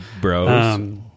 bros